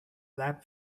lab